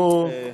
אוהו,